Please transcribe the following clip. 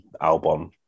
Albon